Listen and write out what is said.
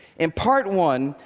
in part one,